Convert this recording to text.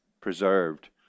preserved